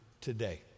today